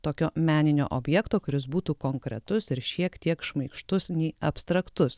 tokio meninio objekto kuris būtų konkretus ir šiek tiek šmaikštus nei abstraktus